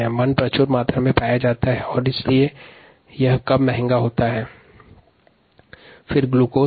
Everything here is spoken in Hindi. मंड प्रचुर मात्रा में पाया जाता है इसलिए सस्ता होता है